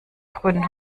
grünen